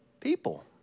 people